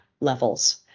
levels